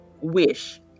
wish